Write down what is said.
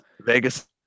Vegas